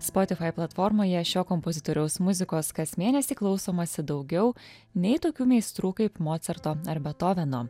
spotifai platformoje šio kompozitoriaus muzikos kas mėnesį klausomasi daugiau nei tokių meistrų kaip mocarto ar betoveno